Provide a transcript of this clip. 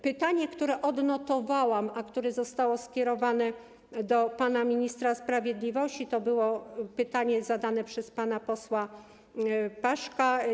Pytanie, które odnotowałam, a które zostało skierowane do pana ministra sprawiedliwości, to było pytanie zadane przez pana posła Paszka.